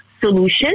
solution